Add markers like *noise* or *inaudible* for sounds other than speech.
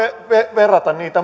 verrata niitä *unintelligible*